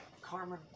Carmen